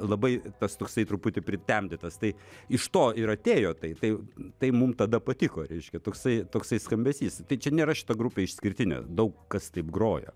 labai tas toksai truputį pritemdytas tai iš to ir atėjo tai tai tai mum tada patiko reiškia toksai toksai skambesys tai čia nėra šita grupė išskirtinė daug kas taip grojo